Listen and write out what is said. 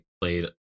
played